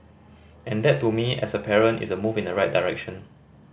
and that to me as a parent is a move in the right direction